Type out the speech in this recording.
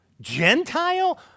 Gentile